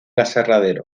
aserradero